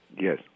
Yes